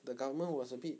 the government was a bit